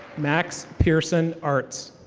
max pearson arts.